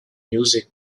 music